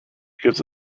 gives